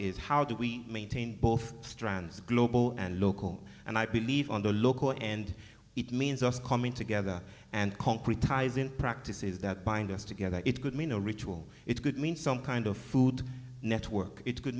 is how do we maintain both strands global and local and i believe on the end it means us coming together and concretize in practices that bind us together it could mean a ritual it could mean some kind of food network it could